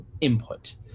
input